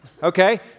Okay